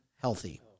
healthy